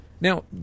Now